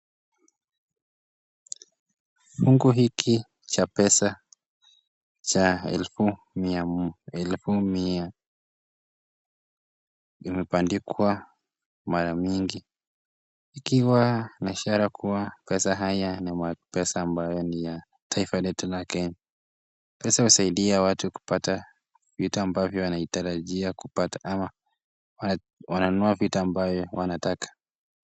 Fungu hiki cha pesa cha elfu mia elfu mia kimepandikwa mara mingi ikiwa na ishara kuwa pesa haya ni pesa ambayo ni ya taifa letu la Kenya. Pesa husaidia watu kupata vitu ambavyo wanatarajia kupata ama wananunua vitu ambayo wanataka.